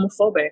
homophobic